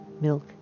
milk